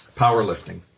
powerlifting